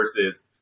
versus